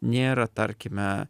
nėra tarkime